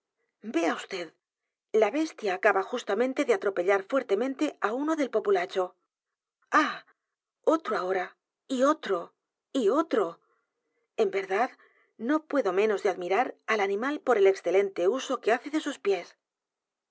d la bestia acaba justamente de atropellar fuertemente á uno del populacho i ah otro ahora y otro y otro en verdad no puedo menos de admirar al animal por el excelente uso que hace de sus pies